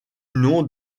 nom